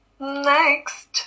Next